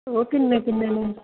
ਉਹ ਕਿੰਨੇ ਕਿੰਨੇ ਨੇ